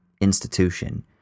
institution